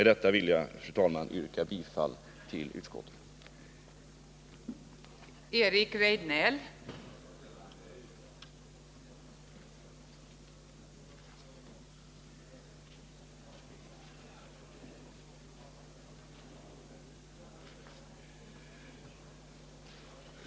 Med detta vill jag, fru talman, yrka bifall till utskottets hemställan.